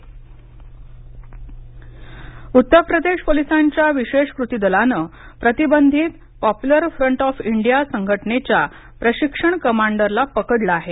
popular front of India Uttar Pradesh पोलिसांच्या विशेष कृती दलानं प्रतिबंधित पॉप्युलर फ्रंट ऑफ इंडिया संघटनेच्या प्रशिक्षण कमांडरला पकडलं आहे